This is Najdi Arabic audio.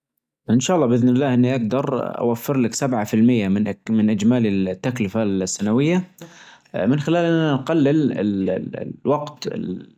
إن شاء الله بإذن الله إنى أجدر أوفرلك سبعة في المئة من إچمالى التكلفة السنوية من خلال إننا نقلل ال-الوقت ال